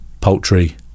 poultry